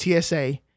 TSA